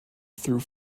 through